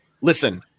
Listen